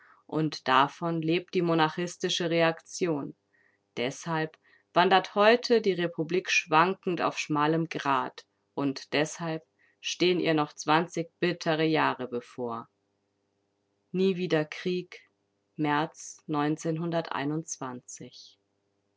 und davon lebt die monarchistische reaktion deshalb wandelt heute die republik schwankend auf schmalem grat und deshalb stehen ihr noch zwanzig bittere jahre bevor nie wieder krieg märz